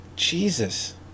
Jesus